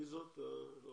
אני לא